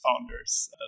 founders